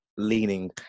leaning